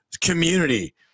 community